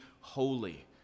holy